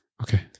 Okay